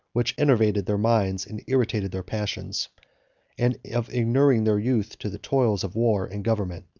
which enervated their minds and irritated their passions and of inuring their youth to the toils of war and government.